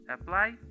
apply